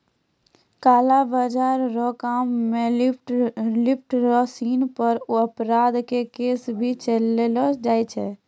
काला बाजार रो काम मे लिप्त लोग सिनी पर अपराध के केस भी चलैलो जाय छै